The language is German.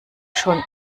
schon